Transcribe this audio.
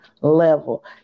level